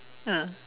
ah